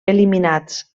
eliminats